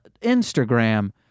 instagram